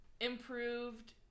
improved